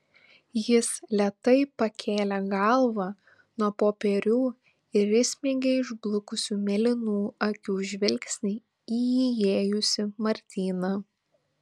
jis lėtai pakėlė galvą nuo popierių ir įsmeigė išblukusių mėlynų akių žvilgsnį į įėjusį martyną